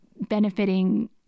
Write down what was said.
benefiting